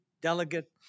Delegate